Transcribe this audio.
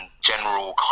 general